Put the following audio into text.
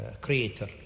creator